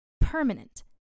permanent